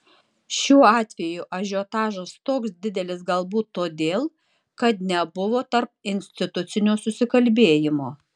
šiuo atveju ažiotažas toks didelis galbūt todėl kad nebuvo tarpinstitucinio susikalbėjimo